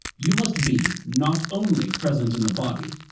you must be not only present in the body,